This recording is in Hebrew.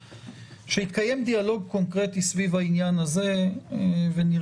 שיתקיים דיאלוג קונקרטי סביב העניין הזה ונראה.